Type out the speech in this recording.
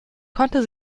konnte